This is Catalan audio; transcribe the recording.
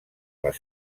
les